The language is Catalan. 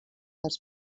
dels